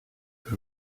were